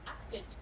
acted